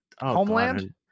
Homeland